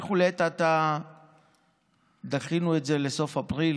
לעת עתה דחינו את זה לסוף אפריל,